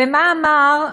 ומה אמר,